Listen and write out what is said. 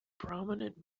prominent